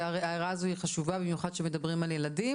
וההערה הזאת היא חשובה במיוחד כשמדברים על ילדים.